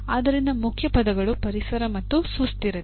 ಆದ್ದರಿಂದ ಮುಖ್ಯಪದಗಳು ಪರಿಸರ ಮತ್ತು ಸುಸ್ಥಿರತೆ